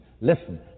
Listen